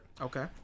Okay